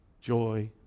joy